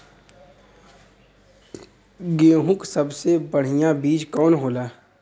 गेहूँक सबसे बढ़िया बिज कवन होला?